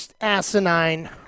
Asinine